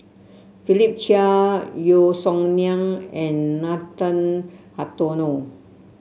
Philip Chia Yeo Song Nian and Nathan Hartono